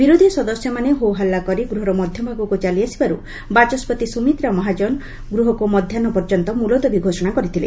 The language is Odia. ବିରୋଧି ସଦସ୍ୟମାନେ ହୋ ହଲ୍ଲା କରି ଗୃହର ମଧ୍ୟଭାଗକ୍ତ ଚାଲିଆସିବାର୍ ବାଚସ୍କତି ସୁମିତ୍ରା ମହାଜନ ଗୃହକୁ ମଧ୍ୟାହ ପର୍ଯ୍ୟନ୍ତ ମୁଲତବୀ ଘୋଷଣା କରିଥିଲେ